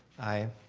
aye.